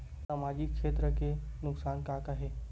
सामाजिक क्षेत्र के नुकसान का का हे?